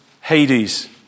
Hades